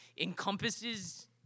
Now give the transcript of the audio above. encompasses